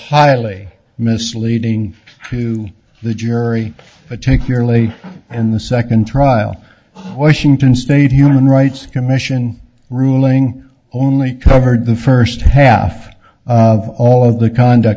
highly misleading to the jury but clearly in the second trial washington state human rights commission ruling only covered the first half of all of the conduct